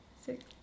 six